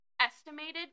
estimated